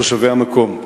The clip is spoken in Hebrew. תושבי המקום.